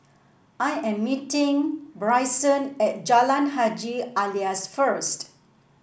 I am meeting Bryson at Jalan Haji Alias first